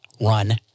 run